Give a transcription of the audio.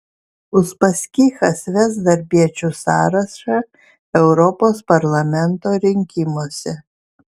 uspaskichas ves darbiečių sąrašą europos parlamento rinkimuose